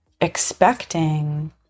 Expecting